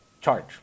charge